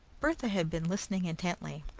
bertha had been listening intently.